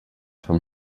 vom